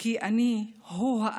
כי אני הוא האחר,